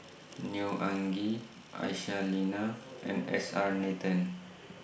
Neo Anngee Aisyah Lyana and S R Nathan